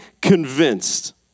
convinced